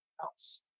else